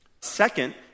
Second